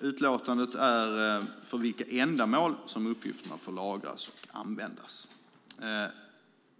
utlåtandet är för vilka ändamål som uppgifterna får lagras och användas.